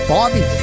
Bobby